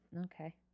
Okay